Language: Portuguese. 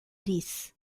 disse